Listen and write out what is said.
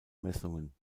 messungen